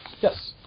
Yes